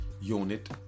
unit